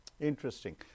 Interesting